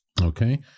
Okay